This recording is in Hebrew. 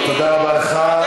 תודה רבה לך.